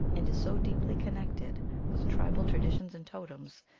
and is so deeply connected with tribal traditions and totems,